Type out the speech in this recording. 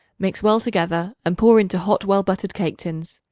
mix well together and pour into hot well-buttered cake-tins.